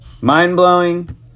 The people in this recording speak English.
Mind-blowing